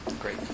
great